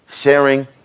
sharing